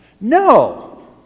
No